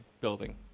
building